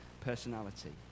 personality